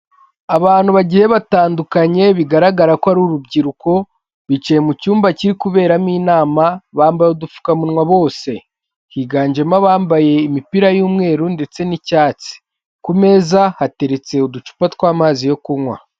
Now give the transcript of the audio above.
Abantu bagiye batandukanye bigaragara ko ari urubyiruko, bicaye mu cyumba kiri kuberamo inama, bambaye udupfukamunwa bose. Higanjemo abambaye imipira y'umweru ndetse n'icyatsi. Ku meza hateretse uducupa tw'amazi yo kunywa.